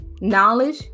knowledge